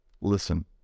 listen